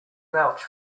vouch